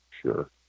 Sure